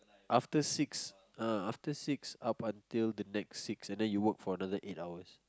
after six uh after six up until the next six and then you work for another eight hours